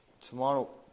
Tomorrow